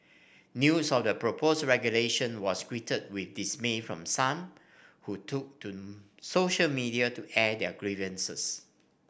news of the proposed regulation was greeted with dismay from some who took to social media to air their grievances